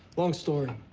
long story.